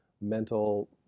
mental